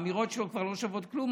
האמירות שלו כבר לא שוות כלום,